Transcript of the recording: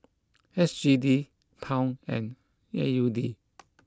S G D Pound and A U D